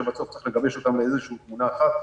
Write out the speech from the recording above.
שבסוף צריך לגבש אותם לאיזו שהיא פינה אחת,